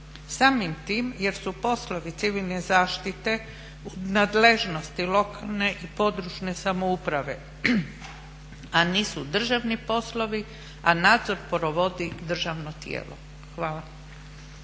Samim tim jer su poslovi civilne zaštite u nadležnosti lokalne i područne samouprave a nisu državni poslovi a nadzor provodi državno tijelo. Hvala.